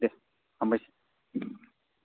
दे हामबायसै